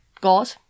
God